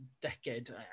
decade